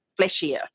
fleshier